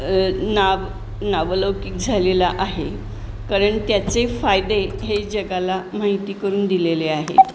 नाव नावलौकिक झालेला आहे कारण त्याचे फायदे हे जगाला माहिती करून दिलेले आहेत